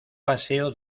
paseo